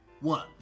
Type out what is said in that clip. one